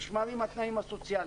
נשמרים התנאים הסוציאליים.